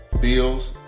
Bills